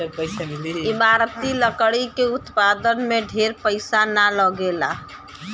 इमारती लकड़ी के उत्पादन में ढेर पईसा ना लगेला